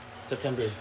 September